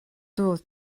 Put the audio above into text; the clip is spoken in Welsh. doedd